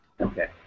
Okay